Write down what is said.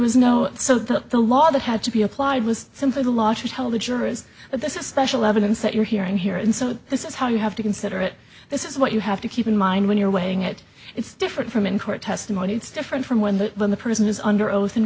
was no so that the law that had to be applied was simply the law should tell the jurors that this is special evidence that you're hearing here and so this is how you have to consider it this is what you have to keep in mind when you're weighing it it's different from in court testimony it's different from when the when the person is under oath in